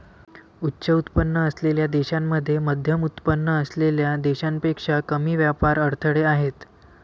उच्च उत्पन्न असलेल्या देशांमध्ये मध्यमउत्पन्न असलेल्या देशांपेक्षा कमी व्यापार अडथळे आहेत